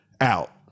out